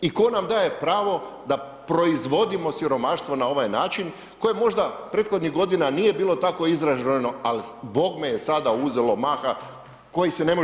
I tko nam daje pravo da proizvodimo siromaštvo na ovaj način koje možda prethodnih godina nije bilo tako izraženo, ali bogme je sada uzelo maha koji se ne može trpiti.